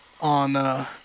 on